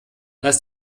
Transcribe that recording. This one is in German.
lass